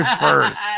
first